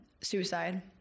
suicide